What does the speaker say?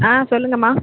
ஆ சொல்லுங்கள்ம்மா